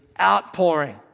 outpouring